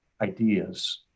ideas